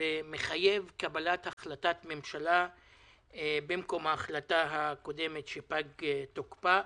ומחייב קבלת החלטת ממשלה במקום ההחלטה הקודמת שפג תוקפה.